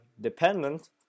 dependent